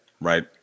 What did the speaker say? Right